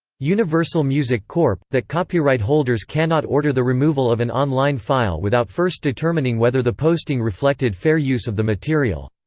universal music corp. that copyright holders cannot order the removal of an online file without first determining whether the posting reflected fair use of the material.